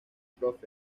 prof